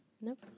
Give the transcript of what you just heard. Nope